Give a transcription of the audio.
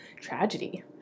tragedy